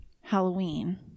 Halloween